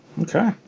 Okay